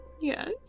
Yes